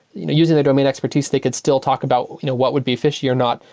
you know using their domain expertise, they could still talk about you know what would be fishy or not,